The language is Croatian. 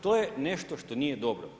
To je nešto što nije dobro.